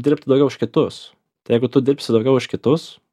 dirbti daugiau už kitus tai jeigu tu dirbsi daugiau už kitus